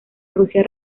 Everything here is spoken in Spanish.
rusia